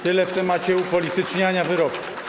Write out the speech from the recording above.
Tyle w temacie upolityczniania wyroków.